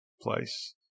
place